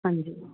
ਹਾਂਜੀ